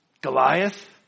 Goliath